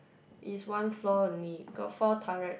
is one floor only got four turret